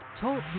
Talk